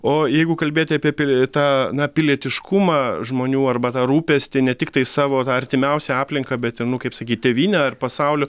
o jeigu kalbėti apie pil tą na pilietiškumą žmonių arba tą rūpestį ne tiktai savo artimiausią aplinką bet nu kaip sakyt tėvynę ar pasaulio